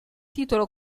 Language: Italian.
titolo